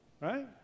Right